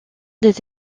des